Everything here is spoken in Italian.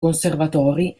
conservatori